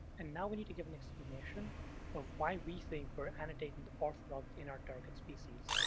and now we need to give an explanation of why we think we're annotating the ortholog in our target species.